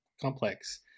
complex